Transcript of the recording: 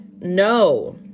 no